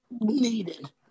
needed